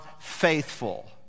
faithful